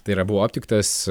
tai yra buvo aptiktas